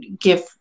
give